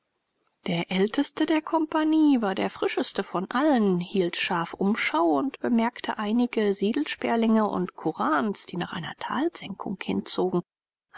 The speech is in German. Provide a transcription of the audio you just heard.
der älteste der kompagnie war der frischeste von allen hielt scharf umschau und bemerkte einige siedelsperlinge und korans die nach einer talsenkung hinzogen